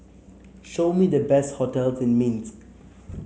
show me the best hotels in Minsk